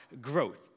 growth